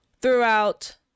throughout